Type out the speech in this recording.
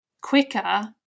quicker